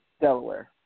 Delaware